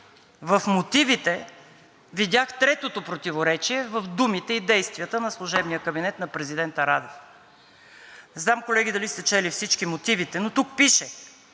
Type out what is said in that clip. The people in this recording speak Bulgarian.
В мотивите видях третото противоречие в думите и действията на служебния кабинет на президента Радев. Не знам, колеги, дали всички сте чели мотивите, но тук пише,